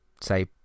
say